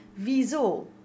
wieso